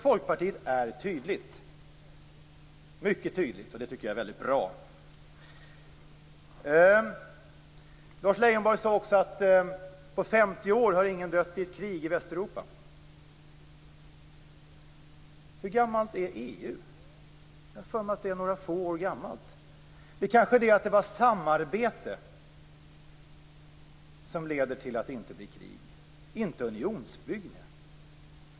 Folkpartiet är tydligt, mycket tydligt, och det är bra. Lars Leijonborg sade också att ingen har dött i ett krig i Västeuropa på 50 år. Hur gammalt är EU? Jag har för mig att det är några få år gammalt. Det kanske kan vara samarbetet som leder till att det inte blir krig, inte unionsbygget.